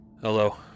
Hello